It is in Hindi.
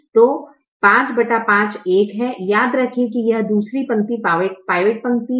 तो 55 1 है याद रखें कि यह दूसरी पंक्ति पिवोट पंक्ति है